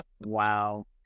wow